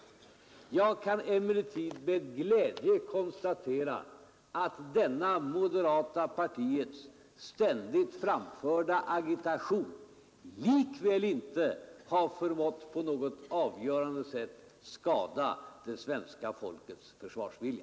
Jag kan emellertid med glädje konstatera att denna moderata samlingspartiets ständigt bedrivna agitation likväl inte på något avgörande sätt har förmått skada det svenska folkets försvarsvilja.